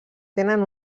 tenen